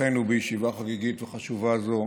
אורחינו בישיבה חגיגית וחשובה זו,